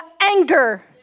anger